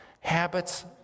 habits